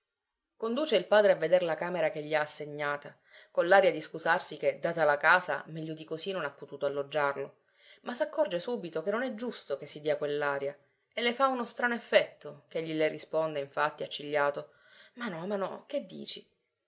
conduce il padre a veder la camera che gli ha assegnata con l'aria di scusarsi che data la casa meglio di così non ha potuto alloggiarlo ma s'accorge subito che non è giusto che si dia quell'aria e le fa uno strano effetto ch'egli le risponda infatti accigliato ma no ma no che dici